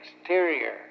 exterior